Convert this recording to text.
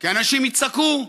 כי אנשים יצעקו,